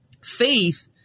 faith